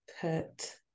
put